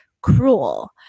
cruel